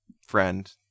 friend